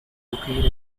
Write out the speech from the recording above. located